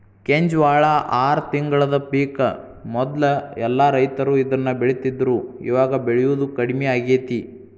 ಕೆಂಜ್ವಾಳ ಆರ ತಿಂಗಳದ ಪಿಕ್ ಮೊದ್ಲ ಎಲ್ಲಾ ರೈತರು ಇದ್ನ ಬೆಳಿತಿದ್ರು ಇವಾಗ ಬೆಳಿಯುದು ಕಡ್ಮಿ ಆಗೇತಿ